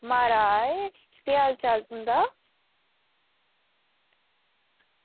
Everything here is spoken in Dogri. म्हाराज केह् हाल चाल तुंदा